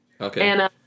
Okay